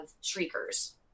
shriekers